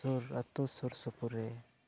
ᱥᱩᱨ ᱟᱹᱛᱩ ᱥᱩᱨ ᱥᱩᱯᱩᱨ ᱨᱮ